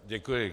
Děkuji.